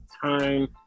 time